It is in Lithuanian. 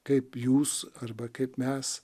kaip jūs arba kaip mes